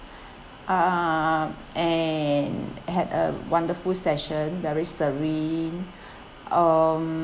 uh and had a wonderful session very serene um